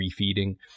refeeding